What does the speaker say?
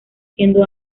siendo